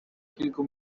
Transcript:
kilku